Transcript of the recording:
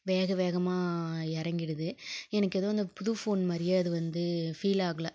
வேக வேகமாக இறங்கிடுது எனக்கு ஏதோ அந்த புது ஃபோன் மாதிரியே அது வந்து ஃபீல் ஆகலை